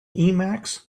emacs